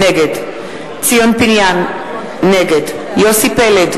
נגד ציון פיניאן, נגד יוסי פלד,